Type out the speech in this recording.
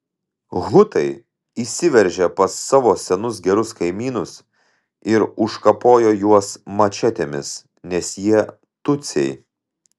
hutai įsiveržė pas savo senus gerus kaimynus ir užkapojo juos mačetėmis nes jie tutsiai